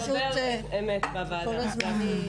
רק נדבר אמת בוועדה.